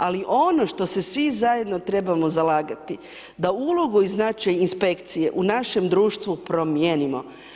Ali ono što se svi zajedno trebamo zalagati, da ulogu koju znače inspekcije u našem društvu promijenimo.